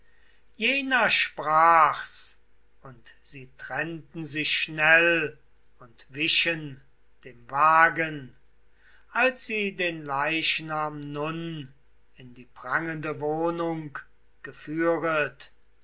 jener sprach's und sie trennten sich schnell und wichen dem wagen als sie den leichnam nun in die prangende wohnung geführet